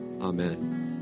Amen